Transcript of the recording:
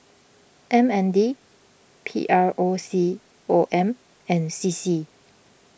M N D P R O C O M and C C